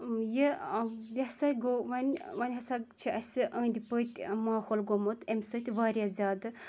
یہِ یہِ ہَسا گوٚو وۄنۍ وۄنۍ ہَسا چھُ اَسہِ أنٛدۍ پٔتۍ ماحول گوٚمُت امہِ سۭتۍ واریاہ زیادٕ